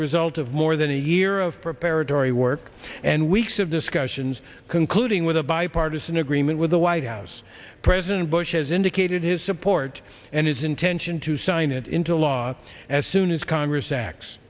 a result of more than a year of for apparent ori work and weeks of discussions concluding with a bipartisan agreement with the white house president bush has indicated his support and his intention to sign it into law as soon as congress